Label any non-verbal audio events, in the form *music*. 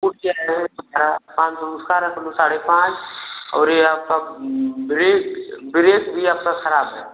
*unintelligible* पाँच सौ उसका आ रहा मतलब साढ़े पाँच और यह आपका ब्रेक ब्रेक भी आपका खराब है